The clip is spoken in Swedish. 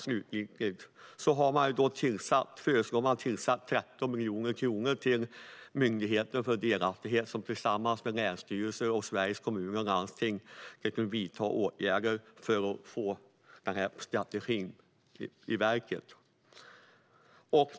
För att kunna genomföra detta slutgiltigt föreslås att 13 miljoner kronor ska tillsättas till Myndigheten för delaktighet, som tillsammans med länsstyrelser och Sveriges Kommuner och Landsting tänker vidta åtgärder för att sätta denna strategi i verket.